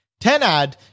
Tenad